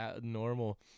normal